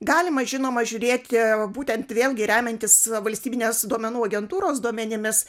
galima žinoma žiūrėti būtent vėlgi remiantis valstybinės duomenų agentūros duomenimis